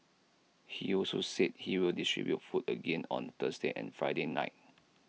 he also said he will distribute food again on Thursday and Friday night